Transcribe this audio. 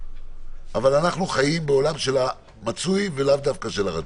אבל אנחנו חיים בעולם של המצוי ולאו דווקא של הרצוי.